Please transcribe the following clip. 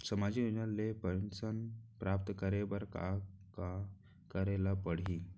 सामाजिक योजना ले पेंशन प्राप्त करे बर का का करे ल पड़ही?